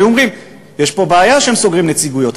והיו אומרים: יש פה בעיה שהם סוגרים נציגויות.